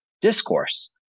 discourse